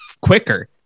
quicker